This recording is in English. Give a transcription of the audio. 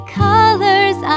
colors